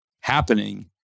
happening